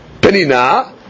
Penina